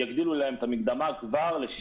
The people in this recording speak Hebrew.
יגדילו להם את המקדמה ל-60%,